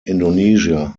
indonesia